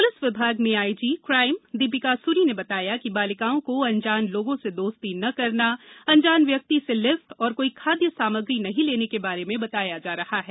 police विभाग में IG crime Deepika Suri ने बताया कि बालिकाओं को अंजान लोगों से दोस्ती न करना अंजान व्यक्ति से लिफ्ट और कोई खाद्य सामग्री नहीं लेने के बारे में बताया जा रहा है